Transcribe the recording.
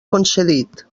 concedit